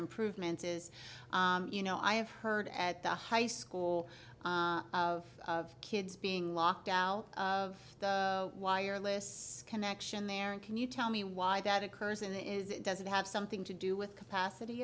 improvements is you know i have heard at the high school of kids being locked out of the wireless connection there and can you tell me why that occurs and then is it does it have something to do with capacity